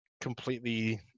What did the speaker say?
completely